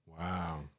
Wow